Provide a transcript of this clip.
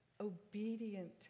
obedient